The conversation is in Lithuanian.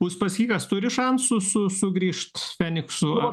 uspaskichas turi šansų su sugrįžt feniksu